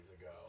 ago